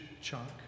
chunk